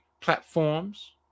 platforms